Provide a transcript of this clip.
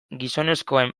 gizonezkoen